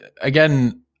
again